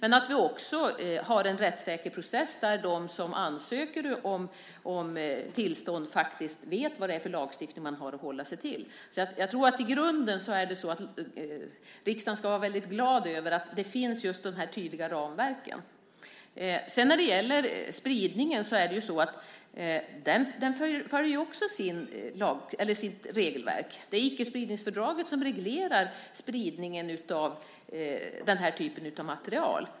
Vi ska också ha en rättssäker process där de som ansöker om tillstånd faktiskt vet vilken lagstiftning man har att hålla sig till. Jag tror att riksdagen i grunden ska vara väldigt glad över att de här tydliga ramverken finns. Spridningen följer också sitt regelverk. Det är icke-spridningsfördraget som reglerar spridningen av den här typen av material.